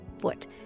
foot